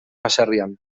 baserrian